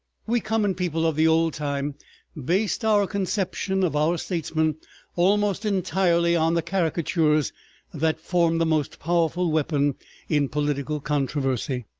we common people of the old time based our conception of our statesmen almost entirely on the caricatures that formed the most powerful weapon in political controversy.